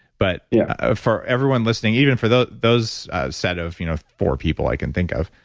but yeah ah for everyone listening even for those those set of you know four people i can think of,